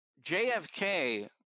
JFK